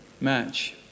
match